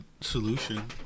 solution